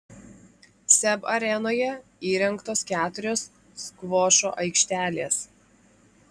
seb arenoje įrengtos keturios skvošo aikštelės